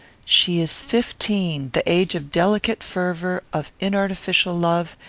she is fifteen the age of delicate fervour, of inartificial love,